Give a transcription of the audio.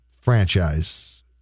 franchise